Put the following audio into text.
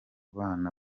bana